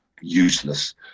useless